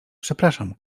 przepraszam